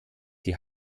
die